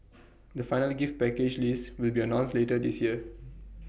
the final gift package list will be announced later this year